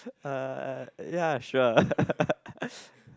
uh ya sure